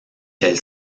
elle